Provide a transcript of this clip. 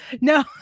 No